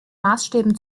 maßstäben